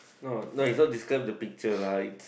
no no is not describe the picture lah is